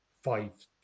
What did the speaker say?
five